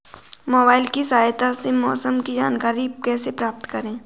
Mobile की सहायता से मौसम की जानकारी कैसे प्राप्त करें?